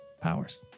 powers